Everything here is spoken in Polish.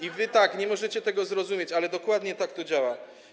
I wy nie możecie tego zrozumieć, ale dokładnie tak to działa.